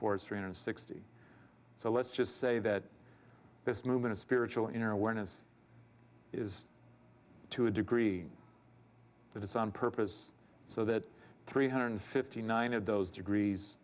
for three hundred sixty so let's just say that this movement of spiritual inner awareness is to a degree but it's on purpose so that three hundred fifty nine of those degrees